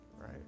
right